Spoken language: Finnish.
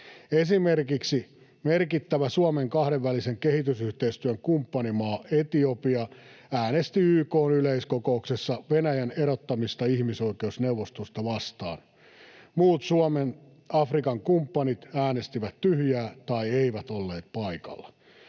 Esimerkiksi merkittävä Suomen kahdenvälisen kehitysyhteistyön kumppanimaa Etiopia äänesti YK:n yleiskokouksessa Venäjän ihmisoikeusneuvostosta erottamista vastaan. Muut Suomen Afrikan-kumppanit äänestivät tyhjää tai eivät olleet paikalla.